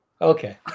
Okay